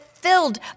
filled